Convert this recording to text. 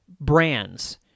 brands